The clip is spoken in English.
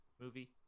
movie